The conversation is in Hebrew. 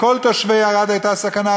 לכל תושבי ערד נשקפה סכנה,